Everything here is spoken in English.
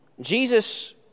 Jesus